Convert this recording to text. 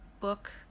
book